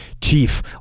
chief